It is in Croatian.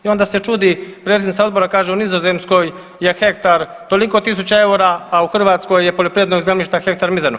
I onda se čudi predsjednica odbora, kaže u Nizozemskoj je hektar toliko tisuća eura, a u Hrvatskoj je poljoprivrednog zemljišta hektar mizerno.